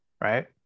right